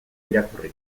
irakurri